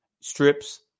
strips